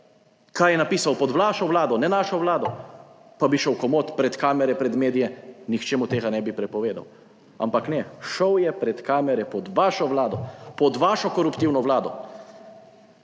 kaj je napisal pod vašo vlado, ne našo vlado, pa bi šel komot pred kamere, pred medije, nihče mu tega ne bi prepovedal, ampak ne. Šel je pred kamere pod vašo vlado, pod vašo koruptivno vlado.